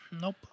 Nope